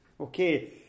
okay